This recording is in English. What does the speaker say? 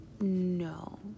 no